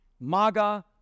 Maga